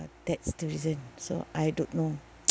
that's the reason so I don't know